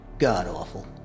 God-awful